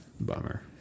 bummer